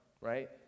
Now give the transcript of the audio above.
Right